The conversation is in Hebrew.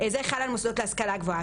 אז זה מה שחל על המוסדות להשכלה גבוהה.